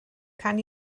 can